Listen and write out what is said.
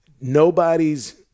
nobody's